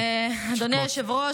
אדוני היושב-ראש,